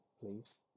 please